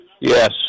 Yes